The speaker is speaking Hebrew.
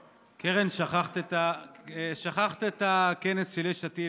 קרן, שכחת את הכנס של יש עתיד,